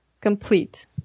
complete